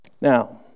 Now